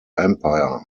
empire